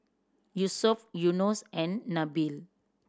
Yusuf Yunos and Nabil